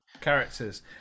characters